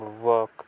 work